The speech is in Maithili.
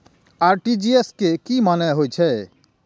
आर.टी.जी.एस के की मानें हे छे?